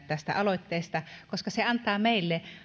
tästä aloitteesta koska se antaa meille